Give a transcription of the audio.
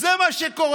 זה מה שקורה.